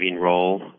role